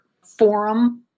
forum